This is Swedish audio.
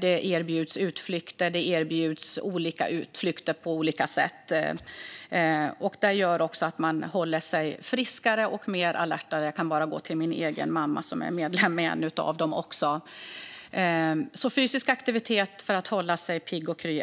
Det erbjuds olika utflykter och annat. Det gör också att man håller sig friskare och mer alert. Min egen mamma är medlem i en av dem. Fysisk aktivitet är väldigt viktigt för att hålla sig pigg och kry.